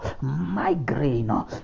migraine